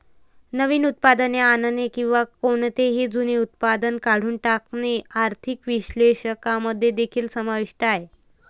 नवीन उत्पादने आणणे किंवा कोणतेही जुने उत्पादन काढून टाकणे आर्थिक विश्लेषकांमध्ये देखील समाविष्ट आहे